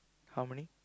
how many